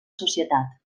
societat